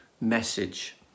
message